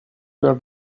where